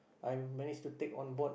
I'm manage to take on board